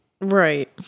Right